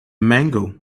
mango